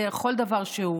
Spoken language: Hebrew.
לכל דבר שהוא.